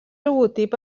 logotip